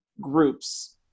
groups